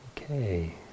Okay